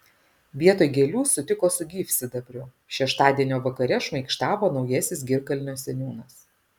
vietoj gėlių sutiko su gyvsidabriu šeštadienio vakare šmaikštavo naujasis girkalnio seniūnas